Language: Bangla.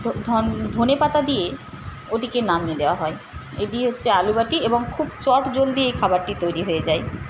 তো ধনেপাতা দিয়ে এটিকে নামিয়ে দেওয়া হয় এটি হচ্ছে আলুবাটি এবং খুব চটজলদি এই খাবারটি তৈরি হয়ে যায়